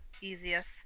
easiest